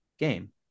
Game